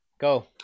Go